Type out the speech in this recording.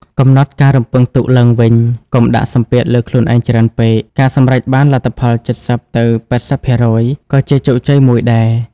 កំណត់ការរំពឹងទុកឡើងវិញ កុំដាក់សម្ពាធលើខ្លួនឯងច្រើនពេក។ ការសម្រេចបានលទ្ធផល ៧០-៨០% ក៏ជាជោគជ័យមួយដែរ។